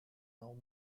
now